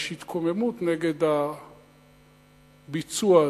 יש התקוממות נגד הביצוע הזה,